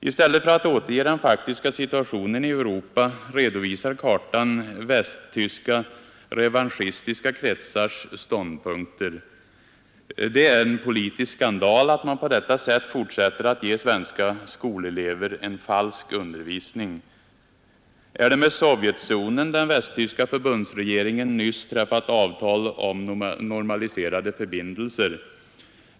I stället för att återge den faktiska situationen i Europa redovisar kartan västtyska revanschistiska kretsars ståndpunkter. Det är en politisk skandal att man på detta sätt fortsätter att ge svenska skolelever en falsk undervisning. Är det med Sovjetzonen den västtyska förbundsregeringen nyss träffat avtal om normaliserade förbindelser?